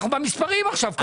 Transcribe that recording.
אנחנו במספרים עכשיו.